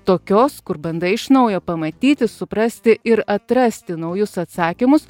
tokios kur bandai iš naujo pamatyti suprasti ir atrasti naujus atsakymus